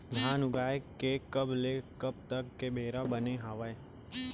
धान उगाए के कब ले कब तक के बेरा बने हावय?